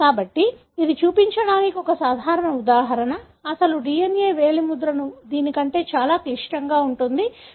కాబట్టి ఇది చూపించడానికి ఒక సాధారణ ఉదాహరణ అసలు DNA వేలి ముద్రణ దీని కంటే చాలా క్లిష్టంగా ఉంటుంది